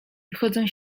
wychodzą